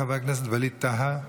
חבר הכנסת ווליד טאהא,